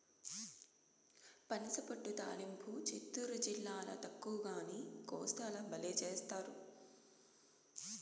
పనసపొట్టు తాలింపు చిత్తూరు జిల్లాల తక్కువగానీ, కోస్తాల బల్లే చేస్తారు